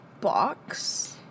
box